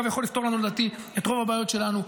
אגב, יכול לפתור לנו לדעתי את רוב הבעיות שלנו,